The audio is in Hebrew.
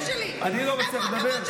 אדוני היו"ר,